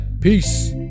Peace